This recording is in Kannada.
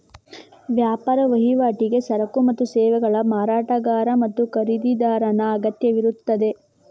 ವ್ಯಾಪಾರ ವಹಿವಾಟಿಗೆ ಸರಕು ಮತ್ತು ಸೇವೆಗಳ ಮಾರಾಟಗಾರ ಮತ್ತು ಖರೀದಿದಾರನ ಅಗತ್ಯವಿರುತ್ತದೆ